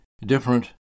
Different